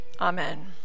Amen